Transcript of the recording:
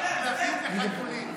רק כלבים וחתולים.